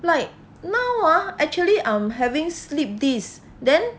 like now ah actually I'm having slipped disc then